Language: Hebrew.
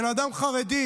בן אדם חרדי,